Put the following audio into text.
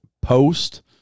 post-